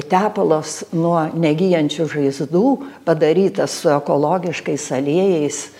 tepalas nuo negyjančių žaizdų padarytas su ekologiškais aliejais